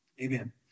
Amen